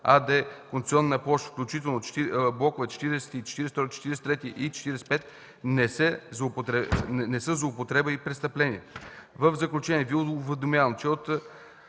АД концесионна площ включително блокове 40, 42, 43 и 45 не са злоупотреба и престъпление. В заключение Ви уведомявам, че от